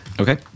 Okay